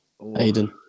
Aiden